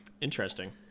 Interesting